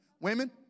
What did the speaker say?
Women